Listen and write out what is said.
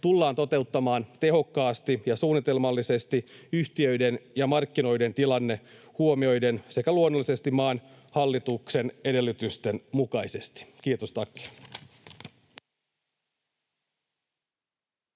tullaan toteuttamaan tehokkaasti ja suunnitelmallisesti yhtiöiden ja markkinoiden tilanne huomioiden sekä luonnollisesti maan hallituksen edellytysten mukaisesti. — Kiitos, tack.